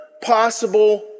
possible